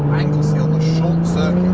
anglesey on the short